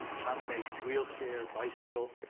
combination wheelchair, bicycle,